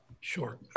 sure